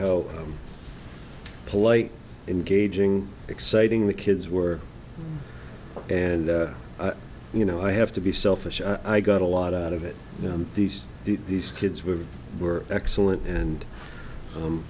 how polite engaging exciting the kids were and you know i have to be selfish i got a lot out of it you know these these kids were were excellent and